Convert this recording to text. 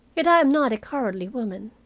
yet i am not a cowardly woman.